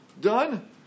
done